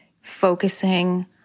focusing